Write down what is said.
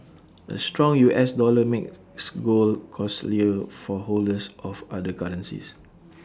A strong U S dollar makes gold costlier for holders of other currencies